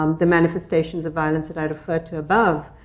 um the manifestations of violence that i referred to above,